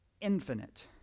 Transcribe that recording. infinite